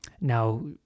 Now